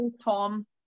Tom